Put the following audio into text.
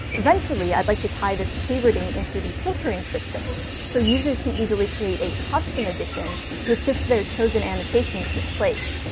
eventually, i'd like to tie this favoriting into the filtering system so users can easily create a custom edition with just their chosen annotations displayed.